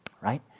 right